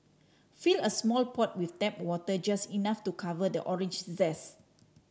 fill a small pot with tap water just enough to cover the orange zest